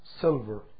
silver